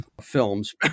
films